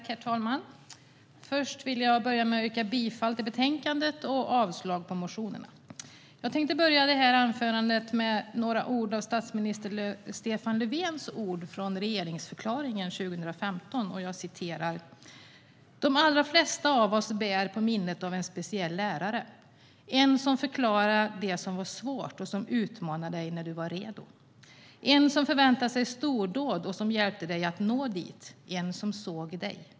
Herr talman! Först vill jag yrka bifall till förslaget i betänkandet och avslag på motionerna. Jag tänkte inleda mitt anförande med några ord av statsminister Stefan Löfven från regeringsförklaringen för 2015: "De allra flesta av oss bär på minnet av en speciell lärare. En som förklarade det som var svårt. En som utmanade dig när du var redo. En som förväntade sig stordåd och som hjälpte dig att nå dit. En som såg dig.